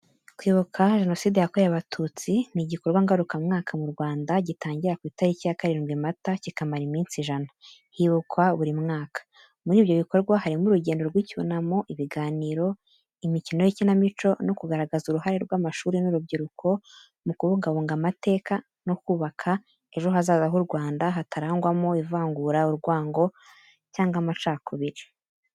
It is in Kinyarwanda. Kwibuka Jenoside yakorewe Abatutsi ni igikorwa ngarukamwaka mu Rwanda gitangira ku itariki ya karindwi Mata kikamara iminsi ijana, hibukwa buri mwaka. Muri ibyo bikorwa harimo urugendo rw’icyunamo, ibiganiro, imikino y’ikinamico, no kugaragaza uruhare rw’amashuri n’urubyiruko mu kubungabunga amateka no kubaka ejo hazaza h’u Rwanda hatarangwamo ivangura, urwango cyangwa amacakubiri.